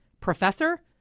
Professor